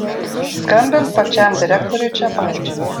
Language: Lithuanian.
skambink pačiam direktoriui čepaičiui